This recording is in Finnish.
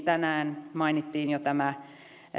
tänään mainittiin jo tämä